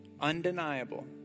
undeniable